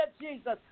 Jesus